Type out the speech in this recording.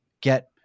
get